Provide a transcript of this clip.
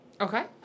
Okay